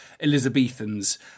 Elizabethans